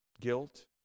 guilt